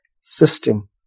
system